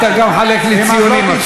אתה גם מחלק לי ציונים עכשיו.